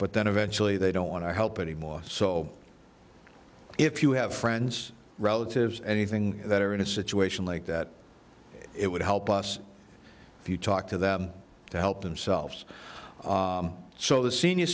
but then eventually they don't want to help anymore so if you have friends relatives anything that are in a situation like that it would help if you talk to them to help themselves so the senior